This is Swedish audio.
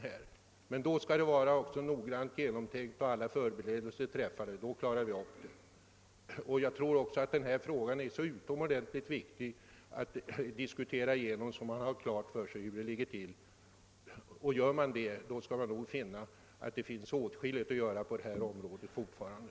Om allt är noga genomtänkt och alla förberedelser är träffade, då klarar vi situationen. Jag tror också att det är utomordentligt viktigt att diskutera igenom denna fråga så att man får klart för sig hur det ligger till. Gör man det skall man nog finna att det fortfarande är åtskilligt att uträtta på detta område.